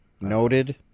Noted